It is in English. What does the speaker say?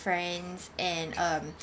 friends and um